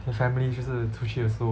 family 就是出去的时候